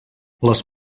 les